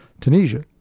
Tunisia